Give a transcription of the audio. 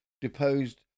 deposed